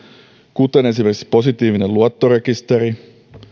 kuten esimerkiksi positiivinen luottorekisteri